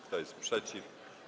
Kto jest przeciw?